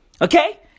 Okay